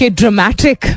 dramatic